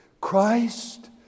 Christ